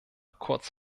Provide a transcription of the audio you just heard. kurz